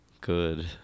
Good